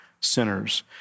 sinners